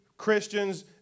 Christians